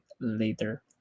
later